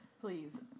please